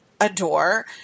adore